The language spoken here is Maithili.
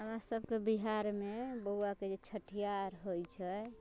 हमरा सबके बिहारमे बौवाके जे छठिहार होइ छै